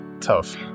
tough